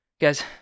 guys